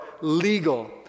legal